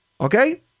Okay